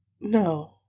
No